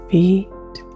feet